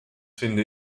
finde